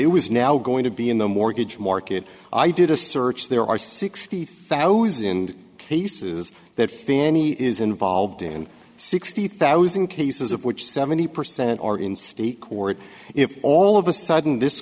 it was now going to be in the mortgage market i did a search there are sixty thousand cases that fannie is involved in sixty thousand cases of which seventy percent are in state court if all of a sudden this